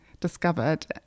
discovered